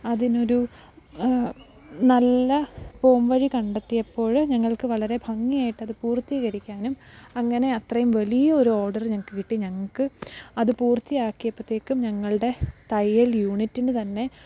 അതിന് ഒരു നല്ല പോം വഴി കണ്ടെത്തിയപ്പോൾ ഞങ്ങൾക്ക് വളരെ ഭംഗിയായിട്ട് അത് പൂർത്തീകരിക്കാനും അങ്ങനെ അത്രയും വലിയ ഒരു ഓർഡറ് ഞങ്ങൾക്ക് കിട്ടി ഞങ്ങൾക്ക് അത് പൂർത്തിയാക്കിയപ്പോഴത്തേക്കും ഞങ്ങളുടെ തയ്യൽ യൂണിറ്റിന് തന്നെ